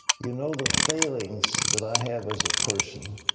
you know the feelings that i have as a person.